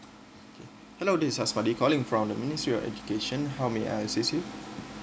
okay hello this is asmadi calling from the ministry of education how may I assist you